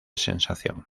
sensación